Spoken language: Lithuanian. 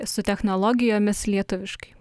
su technologijomis lietuviškai